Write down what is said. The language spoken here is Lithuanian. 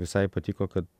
visai patiko kad